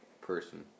Person